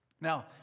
Now